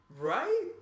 Right